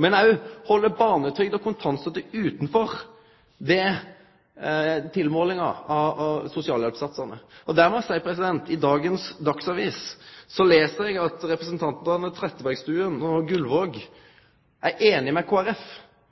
men halde barnetrygda og kontantstøtta utanfor ved tilmålinga av sosialhjelpssatsane. Her må eg seie at i dagens Dagsavisen les eg at representantane Trettebergstuen og Gullvåg er einige med